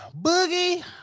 boogie